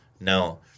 Now